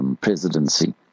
presidency